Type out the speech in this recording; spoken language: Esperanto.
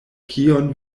kion